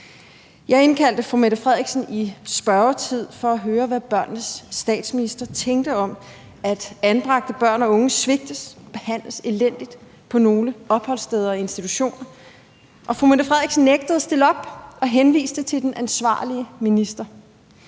Jeg indkaldte statsministeren i spørgetiden for at høre, hvad børnenes statsminister tænkte om, at anbragte børn og ungesvigtes og behandles elendigt på nogle opholdssteder og institutioner, og statsministeren nægtede at stille op og henviste til den ansvarlige minister.